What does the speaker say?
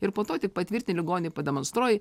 ir po to tik patvirtini ligonį pademonstruoji